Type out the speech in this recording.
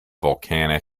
volcanic